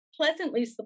pleasantly